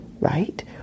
right